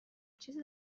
چیزی